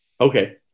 Okay